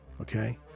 Okay